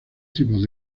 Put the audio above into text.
tipos